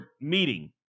meeting